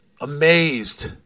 amazed